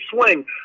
swing